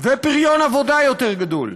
ופריון עבודה יותר גדול.